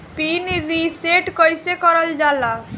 Pin reset कईसे करल जाला?